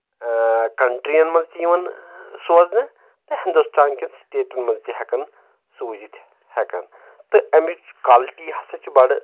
کنٹرین منٛز تہِ یِوان سوزنہٕ تہٕ ہندوستان کؠن سٹیٹن منٛز تہِ ہؠکان سوٗزِتھ ہؠکان تہٕ امِچ کالٹی ہسا چھِ بڑٕ